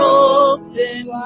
open